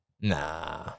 Nah